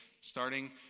starting